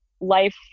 life